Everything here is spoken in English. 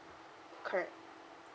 correct